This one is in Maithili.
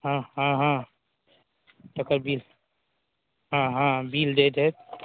अह हँ हँ तेकर बिल हँ हँ बिल दै छै